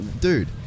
Dude